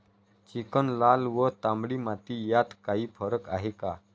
Chicken, लाल व तांबडी माती यात काही फरक आहे का?